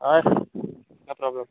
हय no problem